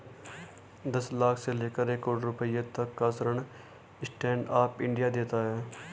दस लाख से लेकर एक करोङ रुपए तक का ऋण स्टैंड अप इंडिया देता है